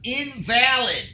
invalid